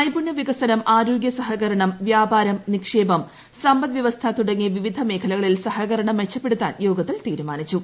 നൈപുണ്യ വികസനം ആരോഗ്യ സഹകരണം വ്യാപാരം നിക്ഷേപം സമ്പദ്വ്യവസ്ഥ തുടങ്ങി വിവിധ മേഖലകളിൽ സഹകരണം മെച്ചപ്പെടുത്താൻ യോഗത്തിൽ തീരുമാനിച്ചു